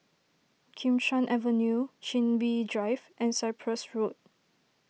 Kim Chuan Avenue Chin Bee Drive and Cyprus Road